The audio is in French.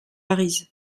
arize